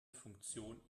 funktion